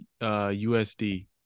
USD